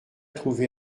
trouvé